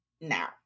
now